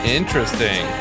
interesting